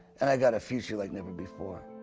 and i got a future like never before.